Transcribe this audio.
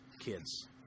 kids